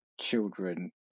children